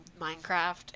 minecraft